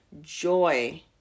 joy